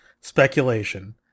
Speculation